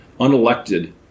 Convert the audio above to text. unelected